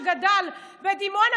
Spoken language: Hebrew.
שגדל בדימונה,